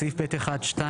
בסעיף (ב1)(2)